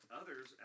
others